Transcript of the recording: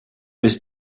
ist